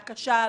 הקשה,